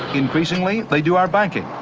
increasingly, they do our banking.